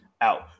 out